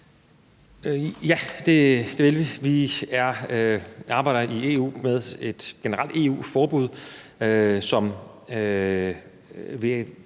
Ja, det vil vi. Vi arbejder i EU med et generelt EU-forbud, som